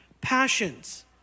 passions